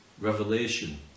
revelation